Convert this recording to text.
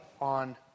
on